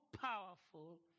powerful